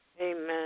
Amen